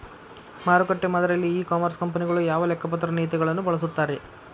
ಮಾರುಕಟ್ಟೆ ಮಾದರಿಯಲ್ಲಿ e commerce ಕಂಪನಿಗಳು ಯಾವ ಲೆಕ್ಕಪತ್ರ ನೇತಿಗಳನ್ನ ಬಳಸುತ್ತಾರಿ?